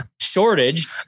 shortage